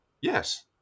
Yes